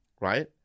right